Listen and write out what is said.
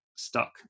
stuck